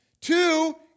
Two